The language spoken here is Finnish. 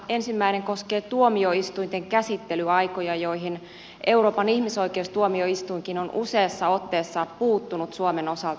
ensimmäinen koskee tuomioistuinten käsittelyaikoja joihin euroopan ihmisoikeustuomioistuinkin on useassa otteessa puuttunut suomen osalta